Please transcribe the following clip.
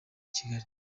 kigali